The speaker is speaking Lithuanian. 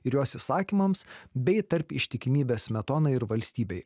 ir jos įsakymams bei tarp ištikimybės smetonai ir valstybei